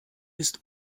ist